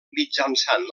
mitjançant